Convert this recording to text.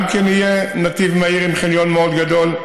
גם יהיה נתיב מהיר עם חניון מאוד גדול.